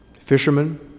Fishermen